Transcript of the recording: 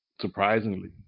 Surprisingly